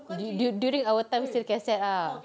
du~ during our time punya cassette ah